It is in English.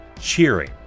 cheering